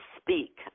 speak